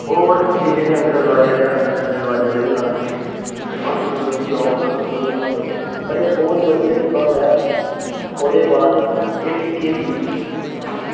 होर एह् जेह्ड़े आंगनबाड़ी आह्ले आंदे एह्बी लांदे ही ते हॉस्पिटल बी जाओ ते हॉस्पिटल बी लांदे ते बहुत बधिया टीका होंदा ऐ ओह्दे बाद एह् टीके दी